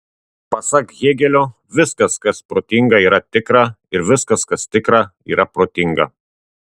pasak hėgelio viskas kas protinga yra tikra ir viskas kas tikra yra protinga